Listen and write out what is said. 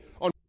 on